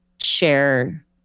share